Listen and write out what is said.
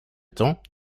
temps